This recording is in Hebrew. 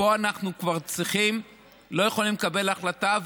פה אנחנו כבר לא יכולים לקבל החלטה.